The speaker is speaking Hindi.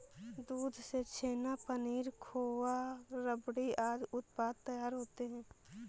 दूध से छेना, पनीर, खोआ, रबड़ी आदि उत्पाद तैयार होते हैं